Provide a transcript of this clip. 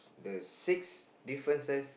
the six differences